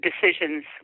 decisions